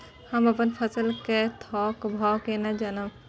हम अपन फसल कै थौक भाव केना जानब?